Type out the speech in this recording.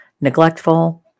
neglectful